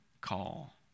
call